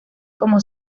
como